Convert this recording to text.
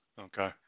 Okay